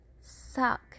suck